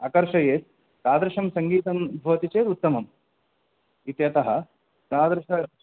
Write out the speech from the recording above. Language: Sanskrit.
आकर्षयेत् तादृशं सङ्गीतं भवति चेत् उत्तमम् इत्यतः तादृश